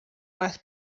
más